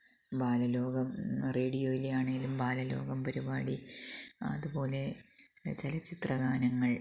ബാലലോകം റേഡിയോയിലെ ആണെങ്കിലും ബാലലോകം പരിപാടി അതുപോലെ ചലച്ചിത്രഗാനങ്ങള്